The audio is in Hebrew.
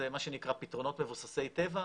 זה מה שנקרא פתרונות מבוססי טבע.